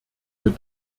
wir